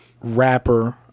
rapper